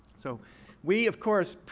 so we, of course,